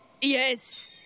yes